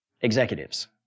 Executives